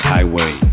Highway